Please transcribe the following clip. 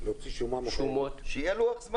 להוציא שומות --- שיהיה לוח זמנים.